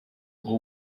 guha